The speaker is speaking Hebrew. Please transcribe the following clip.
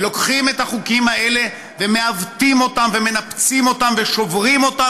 ולוקחים את החוקים האלה ומעוותים אותם ומנפצים אותם ושוברים אותם